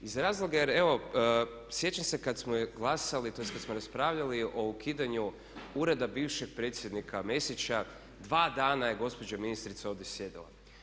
Iz razloga jer evo sjećam se kad smo glasali tj. kad smo raspravljali o ukidanju Ureda bivšeg predsjednika Mesića dva dana je gospođa ministrica ovdje sjedila.